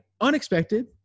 unexpected